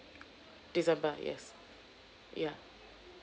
december yes yeah